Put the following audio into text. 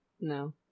no